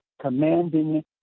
commanding